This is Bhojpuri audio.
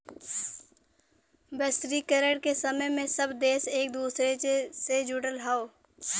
वैश्वीकरण के समय में सब देश एक दूसरे से जुड़ल हौ